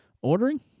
ordering